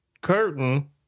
curtain